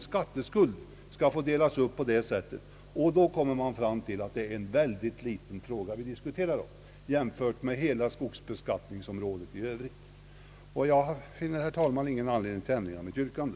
skatteskuld skall få delas upp på detta sätt, och detta är en mycket liten fråga i jämförelse med skogsbeskattningsområdet i övrigt. Jag finner, herr talman, ingen anledning till ändring av mitt yrkande.